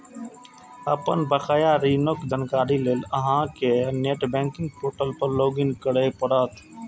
अपन बकाया ऋणक जानकारी लेल अहां कें नेट बैंकिंग पोर्टल पर लॉग इन करय पड़त